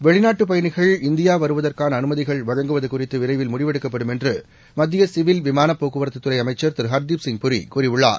வெளிநாட்டுப் பயணிகள் இந்தியா வருவதற்கான அனுமதிகள் வழங்குவது குறித்து விரைவில் முடிவெடுக்கப்படும் என்று மத்திய சிவில் விமான போக்குவரத்து அமைச்சர் திரு ஹர் தீப் சிங் பூரி கூறியுள்ளார்